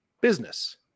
business